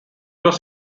was